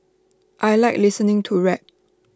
I Like listening to rap